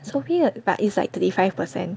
so weird but it's like thirty five percent